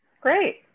Great